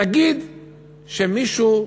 נגיד שמישהו,